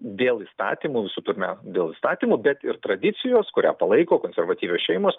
dėl įstatymų visų pirmia dėl įstatymų bet ir tradicijos kurią palaiko konservatyvios šeimos